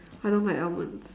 I don't like almonds